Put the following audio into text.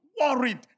worried